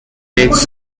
eggs